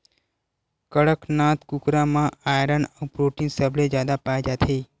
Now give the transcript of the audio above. कड़कनाथ कुकरा म आयरन अउ प्रोटीन सबले जादा पाए जाथे